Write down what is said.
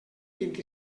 vint